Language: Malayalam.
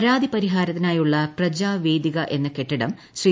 പരാതി പരിഹാരത്തിനായുള്ള പ്രജ വേദിക എന്ന കെട്ടിടം ശ്രീ